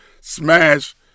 smash